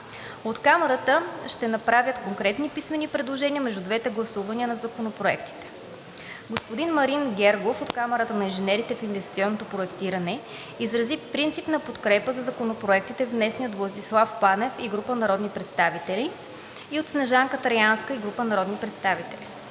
От Камарата ще направят конкретни писмени предложения между двете гласувания на законопроектите. Господин Марин Гергов от Камарата на инженерите в инвестиционното проектиране изрази принципна подкрепа за законопроектите, внесени от Владислав Панев и група народни представители и от Снежанка Траянска и група народни представители.